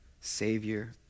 savior